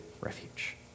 refuge